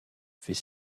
fait